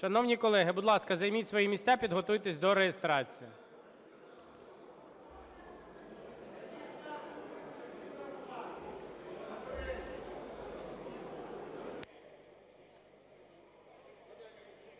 Шановні колеги, будь ласка, займіть свої місця, підготуйтеся до реєстрації.